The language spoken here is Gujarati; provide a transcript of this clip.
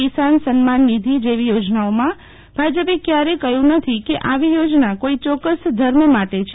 કિસાન સન્માન નિધિ જેવી યોજનાઓમાં ભાજપે ક્યારેય કહ્યું નથી કે આવી યોજના કોઇ યોક્કસ ધર્મ માટે છે